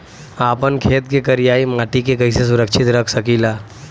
आपन खेत के करियाई माटी के कइसे सुरक्षित रख सकी ला?